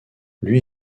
lui